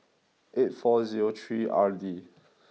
eight four zero three R D